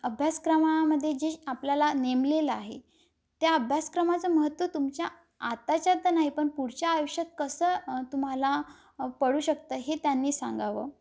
अभ्यासक्रमामध्ये जे आपल्याला नेमलेलं आहे त्या अभ्यासक्रमाचं महत्त्व तुमच्या आताच्या तर नाही पण पुढच्या आयुष्यात कसं तुम्हाला पडू शकतं हे त्यांनी सांगावं